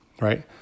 Right